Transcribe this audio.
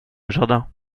jardin